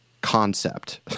concept